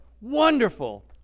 wonderful